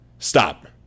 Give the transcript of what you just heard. stop